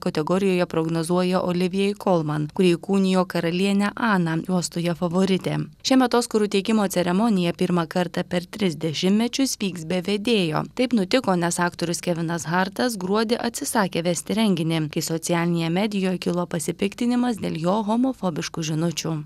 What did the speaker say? kategorijoje prognozuoja olivijai kolman kuri įkūnijo karalienę aną juostoje favoritė šiemet oskarų įteikimo ceremonija pirmą kartą per tris dešimtmečius vyks be vedėjo taip nutiko nes aktorius kevinas hartas gruodį atsisakė vesti renginį kai socialinėj medijoj kilo pasipiktinimas dėl jo homofobiškų žinučių